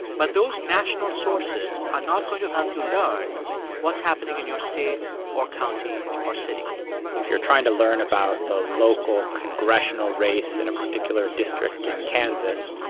but those national sources are not going to help you learn what's happening in your state or county or city if you're trying to learn about the local congressional race in a particular district in kansas,